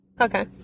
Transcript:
Okay